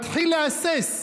מתחיל להסס,